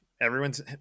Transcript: everyone's